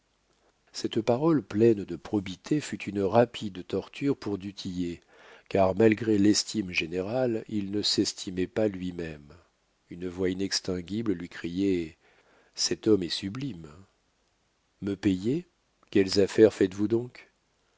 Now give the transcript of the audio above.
cette parole pleine de probité fut une rapide torture pour du tillet car malgré l'estime générale il ne s'estimait pas lui-même une voix inextinguible lui criait cet homme est sublime me payer quelles affaires faites-vous donc